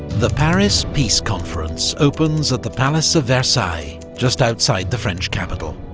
the paris peace conference opens at the palace of versailles, just outside the french capital.